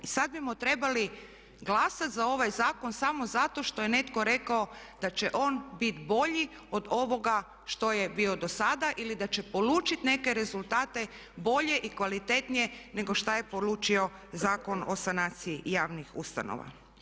I sada bismo trebali glasati za ovaj zakon samo zato što je netko rekao da će on biti bolji od ovoga što je bio do sada ili da će polučiti neke rezultate bolje i kvalitetnije nego šta je polučio Zakon o sanaciji javnih ustanova.